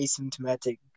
asymptomatic